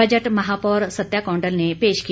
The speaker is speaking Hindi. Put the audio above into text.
बजट महापौर सत्या कौडल ने पेश किया